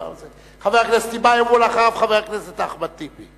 חבר הכנסת טיבייב, ואחריו, חבר הכנסת אחמד טיבי.